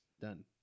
Done